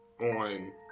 on